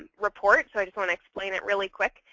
report. so i just want to explain it really quick.